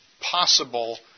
possible